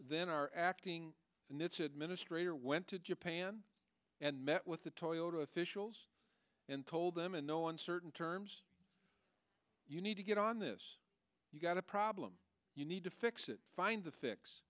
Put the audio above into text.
then are acting and it's administrator went to japan and met with the toyota officials and told them in no uncertain terms you need to get on this you've got a problem you need to fix it find the fix